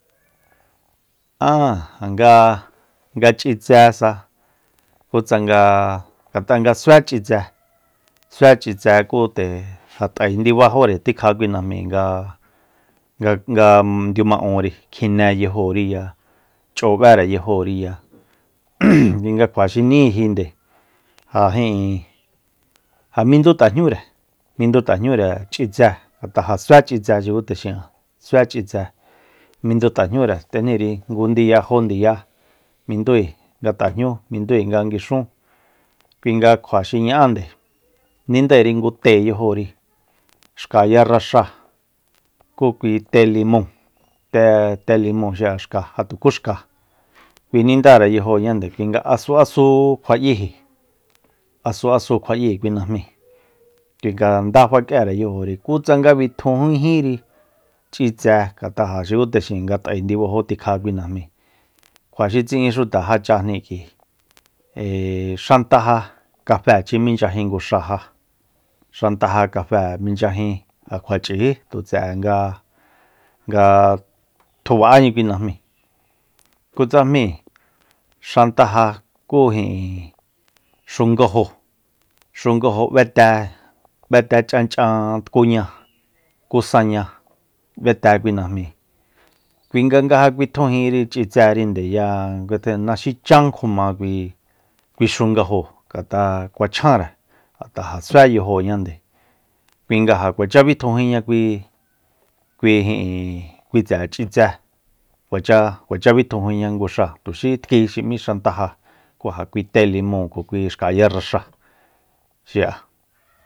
Aa ja nga nga chꞌitsesa kutsangasa ngatꞌa nga sue chꞌitse sue chꞌitse kú nde ja tꞌai ndibajure tikja kui najmi ngaṉga ndiumaꞌori kjineyajoriya chꞌoꞌbereyajoriya kui nga kjua xi niꞌinjinde ja ijin ja mindu tꞌajñure mindu tꞌajñure chꞌitse jatꞌa ja sue chꞌitse xuku texinꞌan sue chꞌtse mindu tꞌajñure tꞌejniri ngu ndiya jo ndiya midui nga tꞌajñu mindui nga nguixun kui nga kjua xi ñaꞌande nindairi ngu te yajori xka ya raxa kú kui telimon te- te limon xiꞌa ja xka ja tuku xka kui nindare yajoñande kui nga asu asu kjuaꞌyiji asu asu kjuaꞌyiji kui najmi kui nga ndá fakꞌiere yajori kú tsanga bitjujijíri chꞌitse ngatꞌa ja xuku texin nga tꞌai ndibajo tikja kui najmi kjua xi tsiꞌin xuta jachajni kꞌui ee xan taja kafechi minchajin nguxa ja xantaja kafe minchajin ja kjuachꞌiji tu tseꞌe nga nga tjubaꞌaña kui najmi kutsajmi xantaja kú ijin xungajo xungajo ꞌbete ꞌbete chꞌan chꞌan tkuña kú saña ꞌbete kui najmi kuinga ngaje kuitjujinri chꞌitserindeya nguete ndaxi chan kjuma kui kui xungajo ngatꞌa kjuachjanre ngatꞌa ja sue yajoñande kui nga ja kuacha bitjujinña kui kui ijin kui tsꞌe chꞌitse kuacha kuacha bitjujinña nguxa tuxi tki xi ꞌmi xantaja kú ja kui telimon kju kui xka ya raxaxiꞌa.